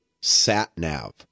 Sat-nav